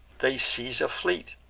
they seize a fleet,